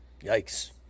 Yikes